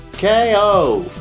KO